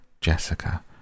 Jessica